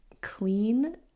clean